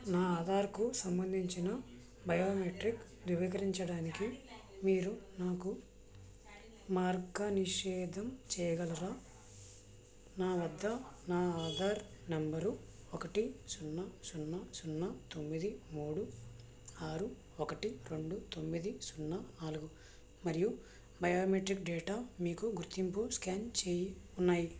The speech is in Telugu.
నా ఆధార్కు సంబంధించిన బయోమెట్రిక్ ధృవీకరించడానికి మీరు నాకు మార్గనిర్దేశం చేయగలరా నా వద్ద నా ఆధార్ నంబరు ఒకటి సున్నా సున్నా సున్నా తొమ్మిది మూడు ఆరు ఒకటి రెండు తొమ్మిది సున్నా నాలుగు మరియు బయోమెట్రిక్ డేటా మీకు గుర్తింపు స్కాన్ చేసి ఉన్నాయి